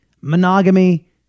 monogamy